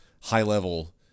high-level